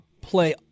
play